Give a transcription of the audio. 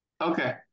Okay